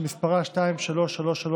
שמספרה 2333,